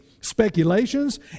speculations